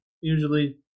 usually